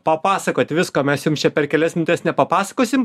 papasakot visko mes jums čia per kelias minutes nepapasakosim